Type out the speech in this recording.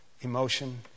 emotion